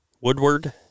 Woodward